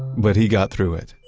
but he got through it,